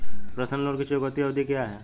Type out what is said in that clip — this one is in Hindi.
पर्सनल लोन की चुकौती अवधि क्या है?